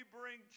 bring